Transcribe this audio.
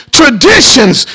traditions